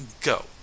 Go